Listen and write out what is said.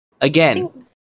Again